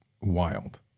wild